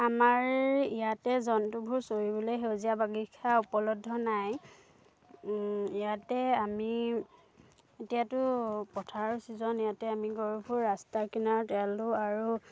আমাৰ ইয়াতে জন্তুবোৰ চৰিবলৈ সেউজীয়া বাগিচা উপলব্ধ নাই ইয়াতে আমি এতিয়াতো পথাৰৰ ছিজন ইয়াতে আমি গৰুবোৰ ৰাস্তা কিনাৰত এৰাল দিওঁ আৰু